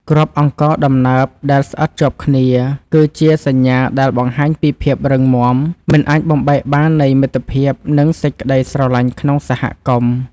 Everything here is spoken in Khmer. គ្រាប់អង្ករដំណើបដែលស្អិតជាប់គ្នាគឺ ជាសញ្ញាដែលបង្ហាញពីភាពរឹងមាំមិនអាចបំបែកបាននៃមិត្តភាពនិងសេចក្ដីស្រឡាញ់ក្នុងសហគមន៍។